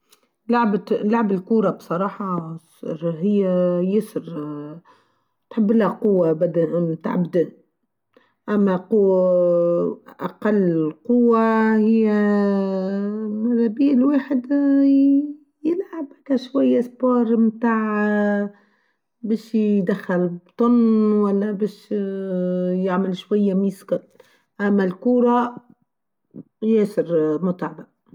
لعبة الكروة بصراحة هي يتسر تحب لها قوة بدلاً من تعب دي أما قوة أقل قوة هي من أبيل واحدة يلعب كشوية سبار متاع بيش يدخل بطن ولا بيش يعمل شوية ميسكت أما الكروة ياسر متعه.